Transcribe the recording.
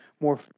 More